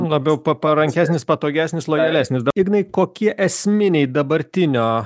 labiau parankesnis patogesnis lojalesnis ignai kokie esminiai dabartinio